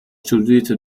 studierte